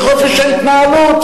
וחופש ההתנהלות,